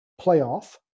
playoff